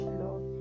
love